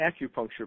acupuncture